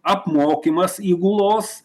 apmokymas įgulos